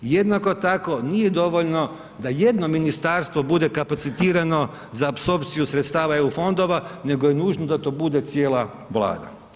Jednako tako nije dovoljno da jedno ministarstvo bude kapacitirano za apsorpciju sredstava EU fondova nego je nužno da to bude cijela vlada.